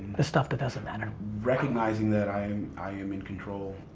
the stuff that doesn't matter. recognizing that i i am in control,